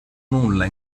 nulla